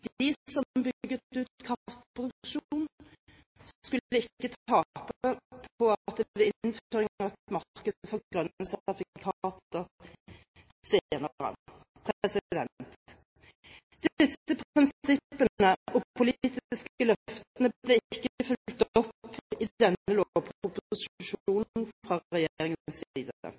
De som bygde ut kraftproduksjon, skulle ikke tape på det ved innføring av et marked for grønne sertifikater senere. Disse prinsippene og politiske løftene ble ikke fulgt opp i denne lovproposisjonen fra